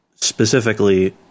specifically